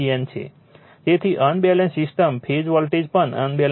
તેથી unbalance system phase voltage પણ unbalance હોઈ શકે છે